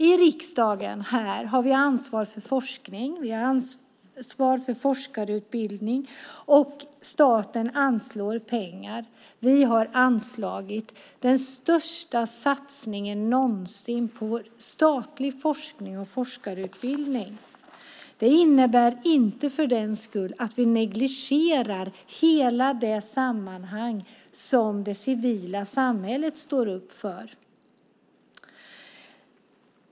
I riksdagen har vi ansvar för forskning och forskarutbildning. Staten anslår pengar. Vi har gjort den största satsningen någonsin på statlig forskning och forskarutbildning. Det innebär inte att vi för den skull negligerar hela det sammanhang som det civila samhället står upp för.